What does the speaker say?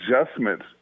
adjustments